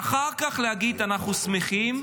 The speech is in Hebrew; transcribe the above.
ואחר כך להגיד: אנחנו שמחים,